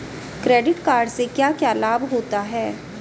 Credit card से क्या क्या लाभ होता है?